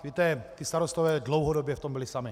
Víte, ti starostové dlouhodobě v tom byli sami.